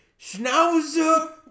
Schnauzer